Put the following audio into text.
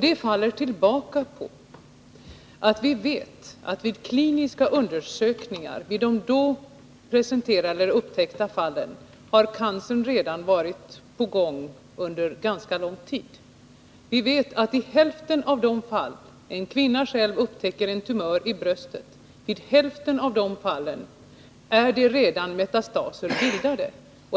Det faller tillbaka på att vi vet att de vid kliniska undersökningar presenterade eller upptäckta fallen har varit på gång under ganska lång tid. Vi vet att metastaser redan är bildade i hälften av de fall då en kvinna själv upptäcker en tumör.